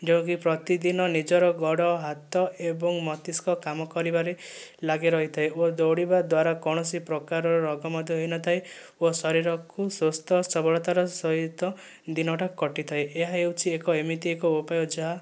ଯେଉଁକି ପ୍ରତିଦିନ ନିଜର ଗୋଡ଼ ହାତ ଏବଂ ମସ୍ତିଷ୍କ କାମ କରିବାରେ ଲାଗି ରହିଥାଏ ଓ ଦୌଡ଼ିବା ଦ୍ଵାରା କୌଣସି ପ୍ରକାରର ରୋଗ ମଧ୍ୟ ହୋଇନଥାଏ ଓ ଶରୀରକୁ ସୁସ୍ଥ ସବଳତାର ସହିତ ଦିନଟା କଟିଥାଏ ଏହା ହେଉଛି ଏମିତି ଏକ ଉପାୟ ଯାହା